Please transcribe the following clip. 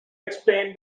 explain